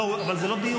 לא, לא, זה לא ככה,